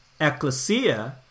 ecclesia